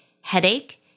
headache